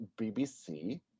BBC